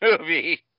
movie